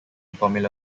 formula